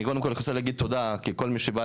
אני קודם כל רוצה להגיד תודה לכל מי שבא